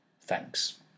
Thanks